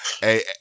Hey